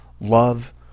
love